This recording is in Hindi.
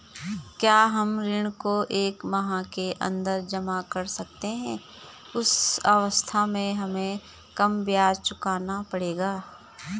क्या हम ऋण को एक माह के अन्दर जमा कर सकते हैं उस अवस्था में हमें कम ब्याज चुकाना पड़ेगा?